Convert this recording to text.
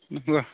ओहो